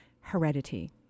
heredity